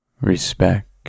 Respect